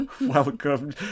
Welcome